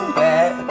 bad